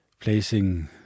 placing